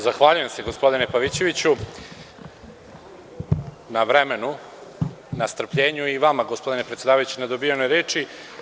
Zahvaljujem se, gospodine Pavićeviću, na vremenu, na strpljenju i vama, gospodine predsedavajući, na dobijenoj reči.